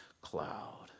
cloud